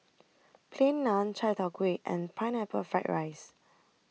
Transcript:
Plain Naan Chai Tow Kway and Pineapple Fried Rice